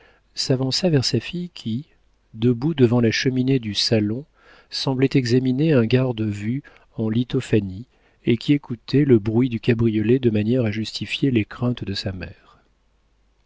s'avança vers sa fille qui debout devant la cheminée du salon semblait examiner un garde-vue en lithophanie et qui écoutait le bruit du cabriolet de manière à justifier les craintes de sa mère